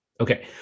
Okay